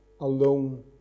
alone